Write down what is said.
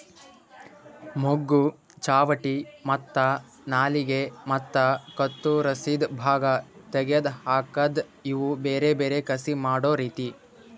ಮೊಗ್ಗು, ಚಾವಟಿ ಮತ್ತ ನಾಲಿಗೆ ಮತ್ತ ಕತ್ತುರಸಿದ್ ಭಾಗ ತೆಗೆದ್ ಹಾಕದ್ ಇವು ಬೇರೆ ಬೇರೆ ಕಸಿ ಮಾಡೋ ರೀತಿ